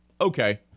okay